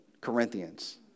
Corinthians